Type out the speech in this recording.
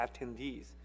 attendees